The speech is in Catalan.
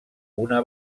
una